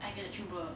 I kena cuba